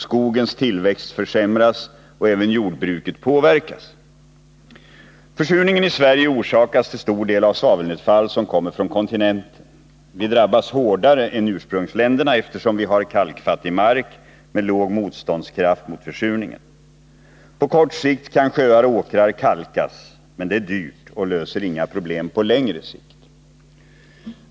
Skogens tillväxt försämras och även jordbruket påverkas. Försurningen i Sverige orsakas till stor del av nedfall av svavel som kommer från kontinenten. Vi drabbas hårdare än ursprungsländerna, eftersom vi har kalkfattig mark med låg motståndskraft mot försurningen. På kort sikt kan sjöar och åkrar kalkas. Men det är dyrt och löser inga problem på längre sikt.